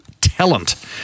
Talent